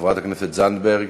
חברת הכנסת זנדברג,